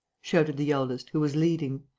shouted the eldest, who was leading.